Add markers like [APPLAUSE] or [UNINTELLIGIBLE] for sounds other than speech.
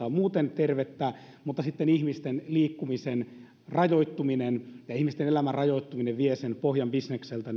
[UNINTELLIGIBLE] on muuten tervettä mutta sitten ihmisten liikkumisen rajoittuminen ja ihmisten elämän rajoittuminen vievät sen pohjan bisnekseltä [UNINTELLIGIBLE]